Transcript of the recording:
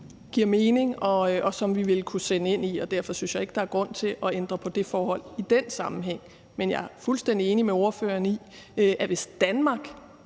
giver mening, og som vi vil kunne støtte op om, og derfor synes jeg ikke, der er grund til at ændre på det forhold i den sammenhæng. Men jeg er fuldstændig enig med ordføreren i, at hvis Danmark